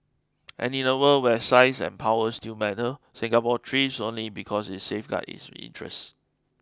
and in a world where size and power still matter Singapore thrives only because it safeguards its interests